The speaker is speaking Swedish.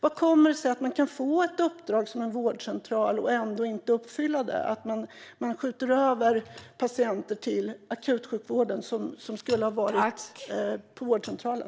Hur kommer det sig att man kan få ett uppdrag som vårdcentral och sedan inte uppfylla kraven? Man skjuter över patienter till akutsjukvården som skulle ha varit på vårdcentralen.